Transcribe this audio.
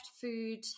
food